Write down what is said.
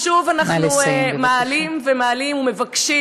ושוב אנחנו מעלים ומעלים ומבקשים.